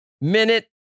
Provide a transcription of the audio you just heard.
minute